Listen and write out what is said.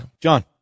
john